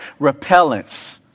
repellents